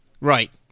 Right